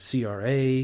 CRA